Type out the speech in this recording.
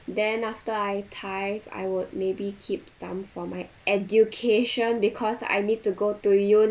then after I tithe I would maybe keep some for my education because I need to go to